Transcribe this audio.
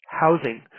housing